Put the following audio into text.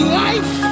life